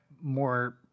more